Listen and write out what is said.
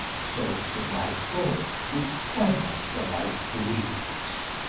so should my thoughts be sever'd from my griefs,